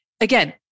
again